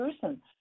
person